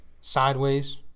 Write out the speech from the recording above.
sideways